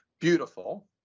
Beautiful